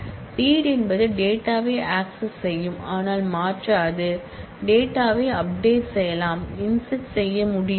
read என்பது டேட்டாவை access செய்யும் ஆனால் மாற்றாது டேட்ட்டவை அப்டேட் செய்யலாம் இன்ஸெர்ட் செய்ய முடியாது